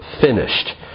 finished